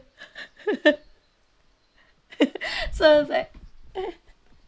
so is like